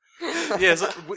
Yes